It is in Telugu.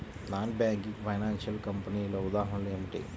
నాన్ బ్యాంకింగ్ ఫైనాన్షియల్ కంపెనీల ఉదాహరణలు ఏమిటి?